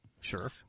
Sure